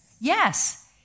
Yes